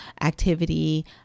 activity